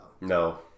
No